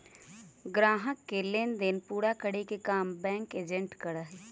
ग्राहकों के लेन देन पूरा करे के काम बैंक एजेंट करा हई